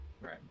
Right